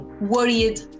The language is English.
worried